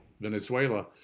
Venezuela